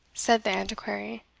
said the antiquary.